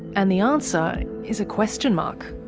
and the answer is. a question mark.